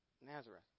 Nazareth